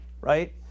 right